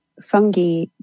fungi